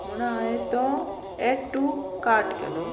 म्हण हांवें तो एड टू कार्ट केलो